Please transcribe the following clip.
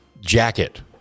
jacket